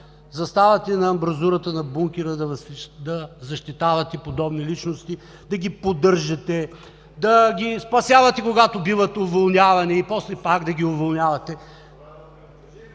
заставате на амбразурата на бункера да защитавате подобни личности, да ги поддържате, да ги спасявате, когато биват уволнявани и после пак да ги уволнявате?